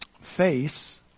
face